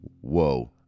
Whoa